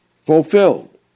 Fulfilled